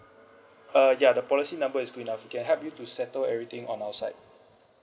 uh ya the policy number is good enough we can help you to settle everything on our side